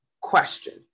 question